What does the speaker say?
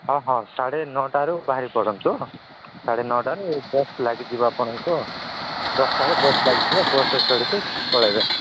ହଁ ହଁ ସାଢ଼େ ନଅଟାରୁ ବାହାରି ପଡ଼ନ୍ତୁ ସାଢ଼େ ନଅଟାରେ ବସ୍ ଲାଗି ଯିବ ଆପଣଙ୍କୁ ଆଉ ଦଶଟାରେ ବସ୍ ଲାଗିଥିବ ବସ୍ ଚଢ଼ିକି ପଳେଇବେ